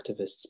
activists